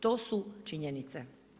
To su činjenice.